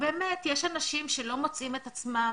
ובאמת יש אנשים שלא מוצאים את עצמם,